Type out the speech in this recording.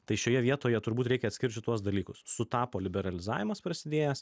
tai šioje vietoje turbūt reikia atskirt šituos dalykus sutapo liberalizavimas prasidėjęs